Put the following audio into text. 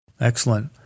excellent